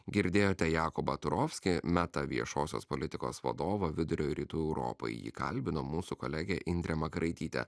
girdėjote jakobą turovskį meta viešosios politikos vadovą vidurio ir rytų europai jį kalbino mūsų kolegė indrė makaraitytė